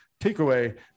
takeaway